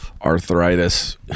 arthritis